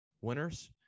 winners